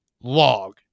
log